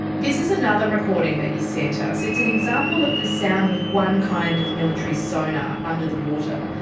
this is another recording that you sent ah us, it's an example of the sound of one kind of military sonar under the water.